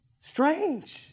Strange